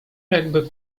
jakby